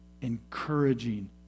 encouraging